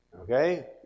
okay